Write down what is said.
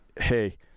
hey